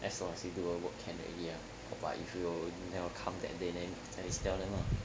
as long as you do your work can already lah but if you never come that day then at least tell them lah